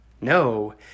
No